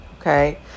okay